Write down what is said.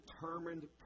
determined